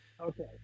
Okay